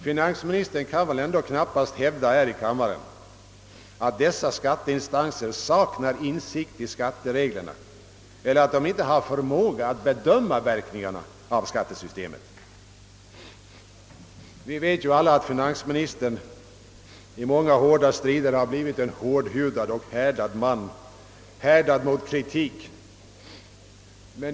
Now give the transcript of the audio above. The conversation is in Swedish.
Finansministern kan ändå knappast hävda att dessa skatteinstanser saknar insikt i skattereglerna eller förmåga att bedöma verkningarna av skattesystemet. Vi vet alla att finansministern i många strider har blivit en hårdhudad man, härdad mot kritik.